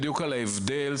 על ההבדל.